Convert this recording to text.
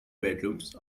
bedrooms